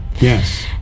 yes